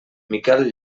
miquel